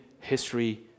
history